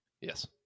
Yes